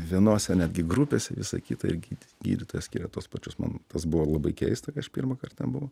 vienose netgi grupėse visa kita ir gydyt gydytojas skiria tuos pačius man tas buvo labai keista kai aš pirmąkart ten buvau